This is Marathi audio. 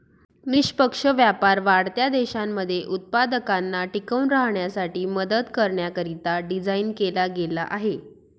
निष्पक्ष व्यापार वाढत्या देशांमध्ये उत्पादकांना टिकून राहण्यासाठी मदत करण्याकरिता डिझाईन केला गेला आहे